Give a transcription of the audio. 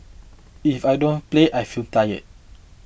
if I don't play I feel tired